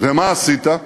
ומה עשית?